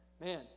Man